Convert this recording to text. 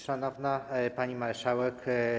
Szanowna Pani Marszałek!